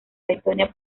letonia